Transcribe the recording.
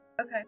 Okay